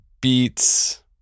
beats